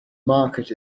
market